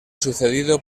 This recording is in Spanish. sucedido